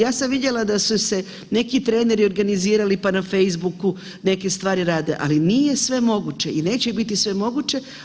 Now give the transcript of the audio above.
Ja sam vidjela da su se neki treneri organizirali pa na facebooku neke stvari rade, ali nije sve moguće i neće biti sve moguće.